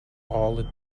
all